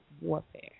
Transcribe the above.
warfare